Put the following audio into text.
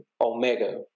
Omega